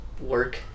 work